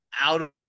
out